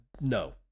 no